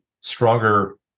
stronger